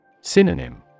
Synonym